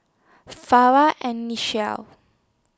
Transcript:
Farrah and Nichelle